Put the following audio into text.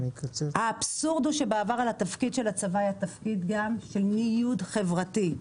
האבסורד הוא שבעבר התפקיד של הצבא היה תפקיד של ניוד חברתי,